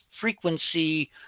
frequency